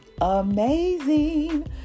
amazing